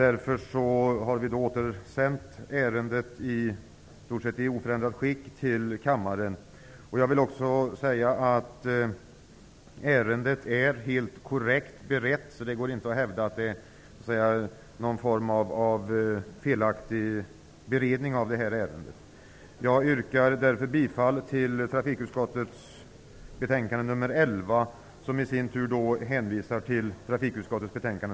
Därför har vi återsänt ärendet till kammaren i ett i stort sett oförändrat skick. Ärendet är helt korrekt berett, så det går inte att hävda att någon form av felaktig beredning av ärendet har gjorts. Jag yrkar därför bifall till hemställan i trafikutskottets betänkande 1993/94:TU11, som i sin tur hänvisar till trafikutskottets betänkande